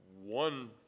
one